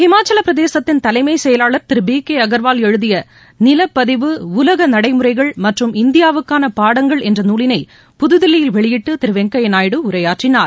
இமாச்சல பிரதேசத்தின் தலைமை செயலாளர் திரு பி கே அகர்வால் எழுதிய நிலப்பதிவு உலக நடைமுறைகள் மற்றும் இந்தியாவுக்கான பாடங்கள் என்ற நூலினை புதுதில்லியில் வெளியிட்டு திரு வெங்கையா நாயுடு உரையாற்றினார்